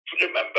Remember